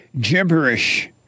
gibberish